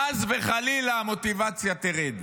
חס וחלילה המוטיבציה תרד,